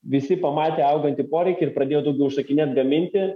visi pamatė augantį poreikį ir pradėjo daugiau užsakinėt gaminti